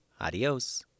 Adios